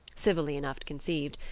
civilly enough conceived,